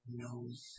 knows